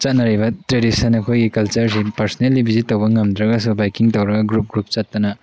ꯆꯠꯅꯔꯤꯕ ꯇ꯭ꯔꯦꯗꯤꯁꯟ ꯑꯩꯈꯣꯏꯒꯤ ꯀꯜꯆꯔꯁꯦ ꯄꯔꯁꯣꯅꯦꯜꯂꯤ ꯚꯤꯖꯤꯠ ꯇꯧꯕ ꯉꯝꯗ꯭ꯔꯒꯁꯨ ꯕꯥꯏꯛꯀꯤꯡ ꯇꯧꯔꯒ ꯒ꯭ꯔꯨꯞ ꯒ꯭ꯔꯨꯞ ꯆꯠꯇꯅ